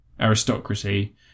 aristocracy